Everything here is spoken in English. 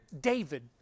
David